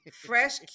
Fresh